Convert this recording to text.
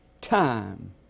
Time